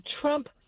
Trump